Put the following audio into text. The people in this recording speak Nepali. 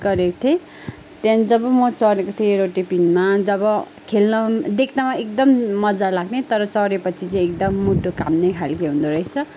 गरेको थिएँ त्यहाँदेखि जब म चडेको थिएँ रोटेपिङमा जब खेल्न देख्न एकदम मज्जा लाग्ने तर चडेपछि चाहिँ एकदम मुटु काम्ने खालको हुँदोरहेछ